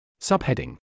Subheading